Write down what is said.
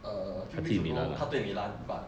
uh few weeks ago 他对 milan but